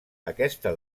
aquesta